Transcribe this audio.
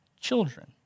children